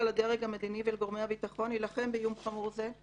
לדרג המדיני ולגורמי הביטחון להילחם באיום חמור זה,